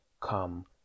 come